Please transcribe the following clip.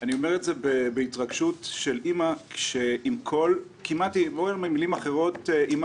אני אומר את זה בהתרגשות של אימא שכמעט איימה עליי.